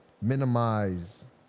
minimize